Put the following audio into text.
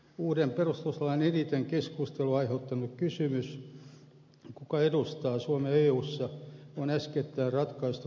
uuden perustuslain eniten keskustelua aiheuttanut kysymys kuka edustaa suomea eussa on äskettäin ratkaistu pääministerin eduksi